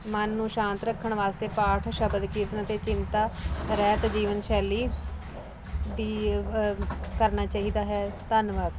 ਮਨ ਨੂੰ ਸ਼ਾਂਤ ਰੱਖਣ ਵਾਸਤੇ ਪਾਠ ਸ਼ਬਦ ਕੀਰਤਨ ਅਤੇ ਚਿੰਤਾ ਰਹਿਤ ਜੀਵਨ ਸ਼ੈਲੀ ਦੀ ਕਰਨਾ ਚਾਹੀਦਾ ਹੈ ਧੰਨਵਾਦ